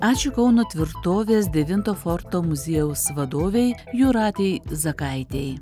ačiū kauno tvirtovės devinto forto muziejaus vadovei jūratei zakaitei